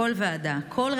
כל ועדה,